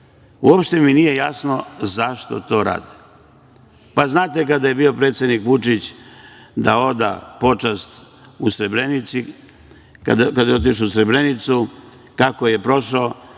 Uopšte mi nije jasno zašto to rade. Znate kada je bio predsednik Vučić da oda počast u Srebrenici, kako je prošao, a kada je došao